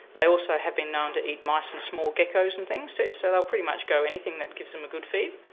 they also have been known to eat mice and small geckos and things too, so they'll pretty much go for anything that gives them a good feed.